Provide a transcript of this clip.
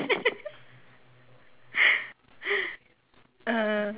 uh